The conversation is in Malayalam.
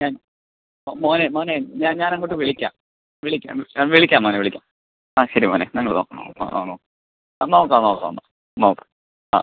ഞാൻ ഓ മോനെ മോനെ ഞാൻ ഞാൻ അങ്ങോട്ട് വിളിക്കാം വിളിക്കാം വിളിക്കാം മോനെ വിളിക്കാം ആ ശരി മോനെ ഞങ്ങൾ നോക്കാം ആ ആണോ ആ നോക്കാം നോക്കാമെന്ന് നോക്കാം ആ